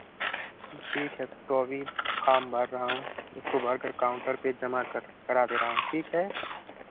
ठीक है तो अभी फाम भर रहा हूँ उसको भर कर कर काउंटर पर जमा कर करा देना ठीक है